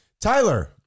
Tyler